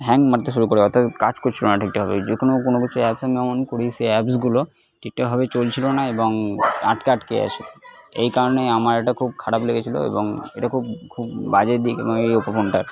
hang মারতে শুরু করে অর্থাৎ কাজ করছিলো না ঠিকঠাকভাবে যে কোনো কোনো কিছু অ্যাপস আমি অন করি সেই অ্যাপসগুলো ঠিকঠাকভাবে চলছিলো না এবং আটকে আটকে যাচ্ছে এই কারণেই আমার ওটা খুব খারাপ লেগেছিলো এবং এটা খুব খুব বাজে দিক এবং এই ওপো ফোনটার